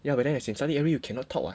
ya but then as in suddenly cannot talk [what]